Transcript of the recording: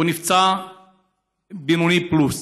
הוא נפצע בינוני פלוס,